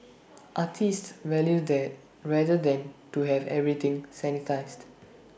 artists value that rather than to have everything sanitised